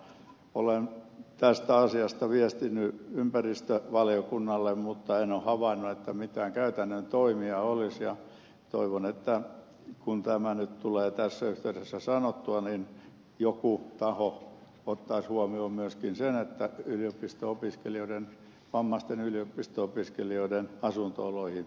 olen tästä asiasta viestinyt ympäristövaliokunnalle mutta en ole havainnut että mitään käytännön toimia olisi ja toivon että kun tämä nyt tulee tässä yhteydessä sanottua niin joku taho ottaisi huomioon myöskin sen että vammaisten yliopisto opiskelijoiden asunto oloihin puututtaisiin